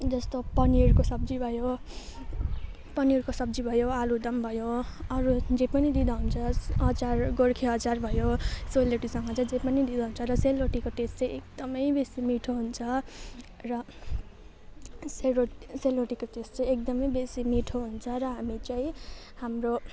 जस्तो पनिरको सब्जी भयो पनिरको सब्जी भयो आलुदम भयो अरू जे पनि दिँदा हुन्छ स् अचार गोर्खे अचार भयो सेलरोटीसँग चाहिँ जे पनि दिँदा हुन्छ र सेलरोटीको टेस्ट चाहिँ एकदमै बेसी मिठो हुन्छ र सेलरो सेलरोटीको टेस्ट चाहिँ एकदमै बेसी मिठो हुन्छ र हामी चाहिँ हाम्रो